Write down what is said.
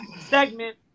segment